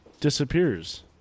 disappears